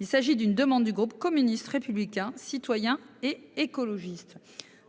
Il s'agit d'une demande du groupe communiste, républicain, citoyen et écologiste